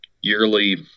yearly